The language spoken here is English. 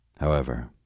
However